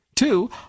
Two